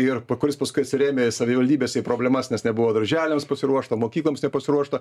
ir kuris paskui atsirėmė į savivaldybės į problemas nes nebuvo darželiams pasiruošta mokykloms nepasiruošta